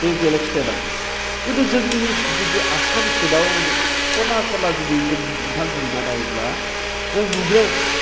बे बेलेग स्टेटआव खिन्थु जोंनि जिथु आसाम स्टेटआव खना खनला जुदि गिदिंना नायोब्ला जों नुगोन